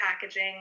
packaging